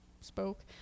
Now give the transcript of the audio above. spoke